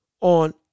on